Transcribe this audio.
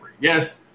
Yes